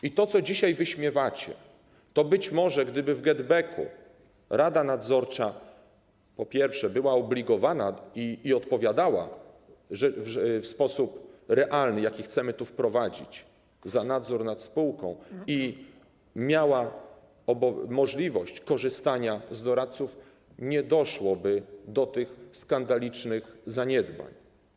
I to, co dzisiaj wyśmiewacie - być może gdyby w GetBacku rada nadzorcza była obligowana i odpowiadała w sposób realny, jaki chcemy tu wprowadzić, za nadzór nad spółką, i miała możliwość korzystania z doradców, nie doszłoby do tych skandalicznych zaniedbań.